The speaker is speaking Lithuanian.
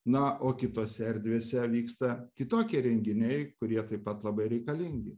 na o kitose erdvėse vyksta kitokie renginiai kurie taip pat labai reikalingi